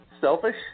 selfish